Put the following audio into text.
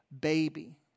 baby